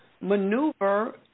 maneuver